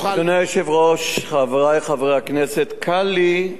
אדוני היושב-ראש, חברי חברי הכנסת, קל לי,